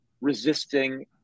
resisting